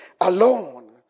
alone